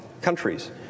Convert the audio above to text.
countries